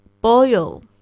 boil